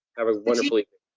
have a wonderful evening.